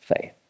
faith